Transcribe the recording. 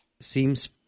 seems